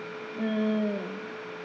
mm